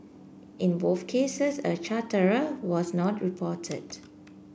in both cases a charterer was not reported